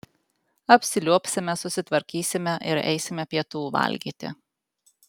apsiliuobsime susitvarkysime ir eisime pietų valgyti